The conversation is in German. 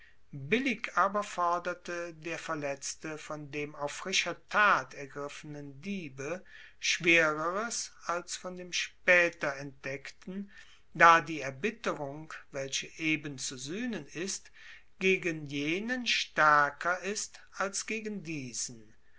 billig aber forderte der verletzte von dem auf frischer tat ergriffenen diebe schwereres als von dem spaeter entdeckten da die erbitterung welche eben zu suehnen ist gegen jenen staerker ist als gegen diesen